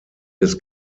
des